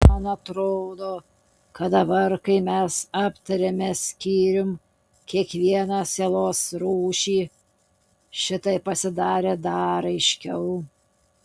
man atrodo kad dabar kai mes aptarėme skyrium kiekvieną sielos rūšį šitai pasidarė dar aiškiau